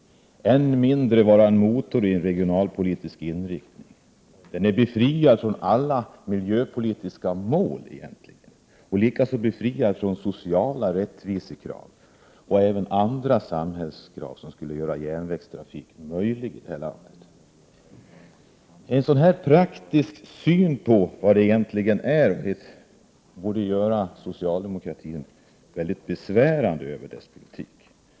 Än mindre har den funktionen som en motor i de regionalpolitiska strävandena. Den är befriad från alla miljöpolitiska mål liksom från sociala rättvisekrav och från andra krav med samhällsinriktning vilka skulle kunna skapa förutsättningar för järnvägstrafiken i vårt land. 39 En sådan här praktisk syn på järnvägspolitikens egentliga karaktär borde göra socialdemokratin mycket besvärad över dess politik på detta område.